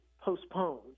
postpone